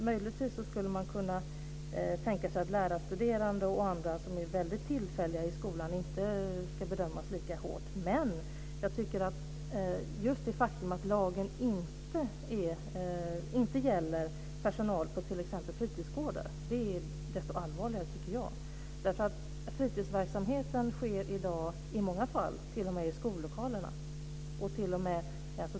Möjligtvis skulle man kunna tänka sig att lärarstuderande och andra som är väldigt tillfälliga i skolan inte ska bedömas lika hårt. Men just det faktum att lagen inte gäller personal på t.ex. fritidsgårdar tycker jag är desto allvarligare. Fritidsverksamheten sker i dag i många fall t.o.m. i skollokalerna.